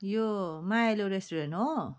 यो मायालु रेस्टुरेन्ट हो